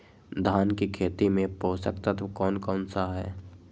धान की खेती में पोषक तत्व कौन कौन सा है?